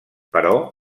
però